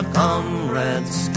comrades